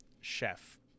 Chef